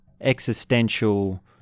existential